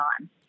time